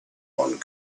one